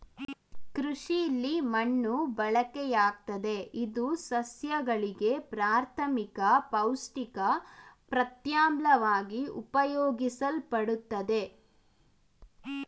ಕೃಷಿಲಿ ಮಣ್ಣು ಬಳಕೆಯಾಗ್ತದೆ ಇದು ಸಸ್ಯಗಳಿಗೆ ಪ್ರಾಥಮಿಕ ಪೌಷ್ಟಿಕ ಪ್ರತ್ಯಾಮ್ಲವಾಗಿ ಉಪಯೋಗಿಸಲ್ಪಡ್ತದೆ